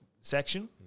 section